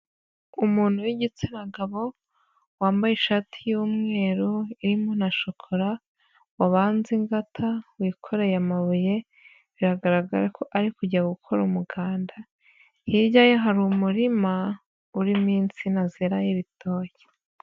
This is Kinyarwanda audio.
Umuntu w'igitsina gabo wambaye ishati y'umweru irimo na shokola wabanze ingata wikoreye amabuye, biragaragara ko ari kujya gukora umuganda, hirya ye hari umurima urimo insina zeraho ibitoki.